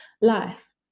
life